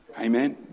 Amen